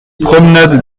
promenade